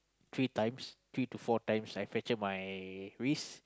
three times three to four times I fractured my wrist